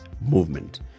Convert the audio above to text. movement